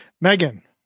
Megan